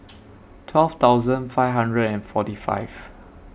twelve thousand five hundred and forty five